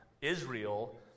Israel